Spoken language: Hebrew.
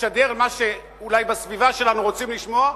תשדר מה שאולי בסביבה שלנו רוצים לשמוע,